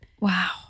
Wow